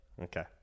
Okay